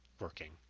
working